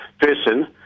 person